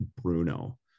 Bruno